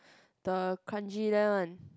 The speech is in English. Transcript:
the Kranji there one